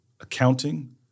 accounting